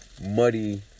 Muddy